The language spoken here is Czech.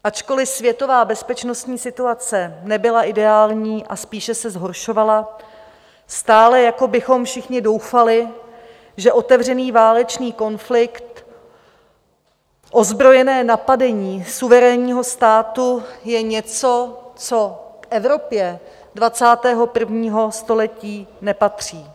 Ačkoli světová bezpečnostní situace nebyla ideální a spíše se zhoršovala, stále jako bychom všichni doufali, že otevřený válečný konflikt ozbrojené napadení suverénního státu je něco, co k Evropě 21. století nepatří.